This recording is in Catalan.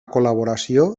col·laboració